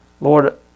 Lord